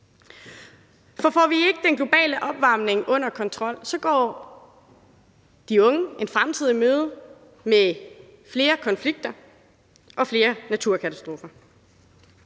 for får vi ikke den globale opvarmning under kontrol, så går de unge en fremtid i møde med flere konflikter og flere naturkatastrofer.